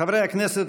חברי הכנסת,